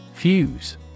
Fuse